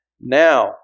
Now